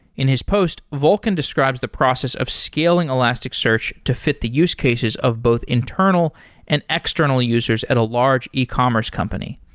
in his post, voklan describes the process of scaling elasticsearch to fit the use cases of both internal and external users at a large ecommerce company.